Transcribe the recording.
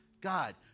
God